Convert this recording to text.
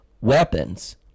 weapons